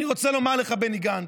אני רוצה לומר לך, בני גנץ,